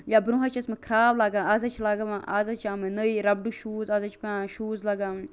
یا برونٛہہ حظ چھِ ٲسمتۍ کھراو لاگان آز حظ چھِ آمتۍ نٔیی رَبڈو شوٗز آز حظ چھِ پیٚوان شوٗز لَگاوٕنۍ